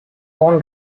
own